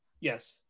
Yes